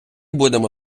будемо